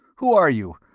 who are you?